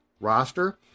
roster